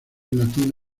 latino